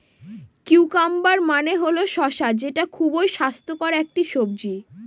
cucumber মানে হল শসা যেটা খুবই স্বাস্থ্যকর একটি সবজি